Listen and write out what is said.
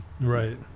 right